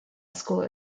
school